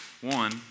one